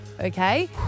Okay